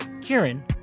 Kieran